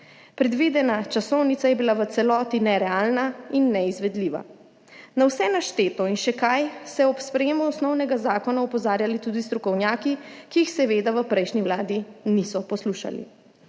Predvidena časovnica je bila v celoti nerealna in neizvedljiva. Na vse našteto in še kaj so ob sprejemu osnovnega zakona opozarjali tudi strokovnjaki, ki jih seveda v prejšnji Vladi niso poslušali.